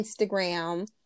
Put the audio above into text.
Instagram